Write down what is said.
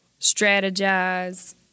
strategize